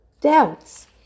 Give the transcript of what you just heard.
doubts